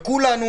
וכולנו,